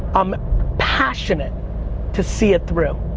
i'm passionate to see it through.